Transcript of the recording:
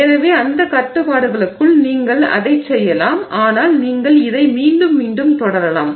எனவே அந்த கட்டுப்பாடுகளுக்குள் நீங்கள் அதைச் செய்யலாம் ஆனால் நீங்கள் இதை மீண்டும் மீண்டும் தொடரலாம்